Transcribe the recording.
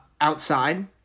outside